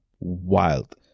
wild